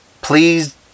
please